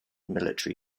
military